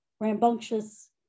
rambunctious